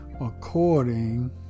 according